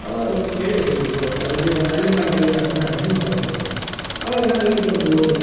ಆವಾಗ ಅವ್ರು ಕೇಳಿದರು ಅಲ್ಲರೀ ಮತ್ತೆ ಅಲ್ಲಿ ಮಾಡಲಿಲ್ಲ ಅಂದ್ರೆ ನಾವು ಹೆಂಗೆ ಮಾಡೋದು ಅಂತ ಆವಾಗ ನಾವು ಇಲ್ಲಿ ಒಂದು